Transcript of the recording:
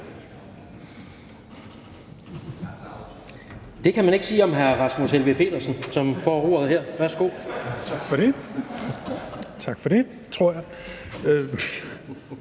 Det kan man ikke sige om hr. Rasmus Helveg Petersen, som får ordet her. Værsgo Kl. 12:23 (Ordfører)